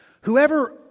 Whoever